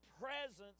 presence